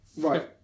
right